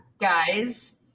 guys